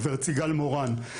גב' סיגל מורן,